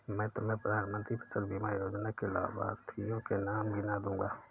मैं तुम्हें प्रधानमंत्री फसल बीमा योजना के लाभार्थियों के नाम गिना दूँगा